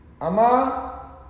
Ama